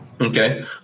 Okay